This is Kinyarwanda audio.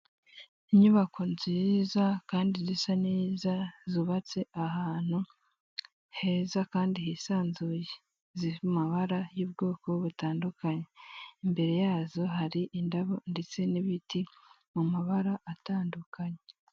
Inyubako nziza Kandi zisa neza zubatse ahantu heza Kandi hisanzuye ziri mumabara y'ubwoko butandukanye, imbere yaho hari indabo ndetse n'ibiti mu mabara atandukanye.